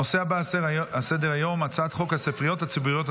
הנושא הבא שעל סדר-היום: הצעת חוק הספריות הציבוריות,